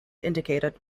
indicated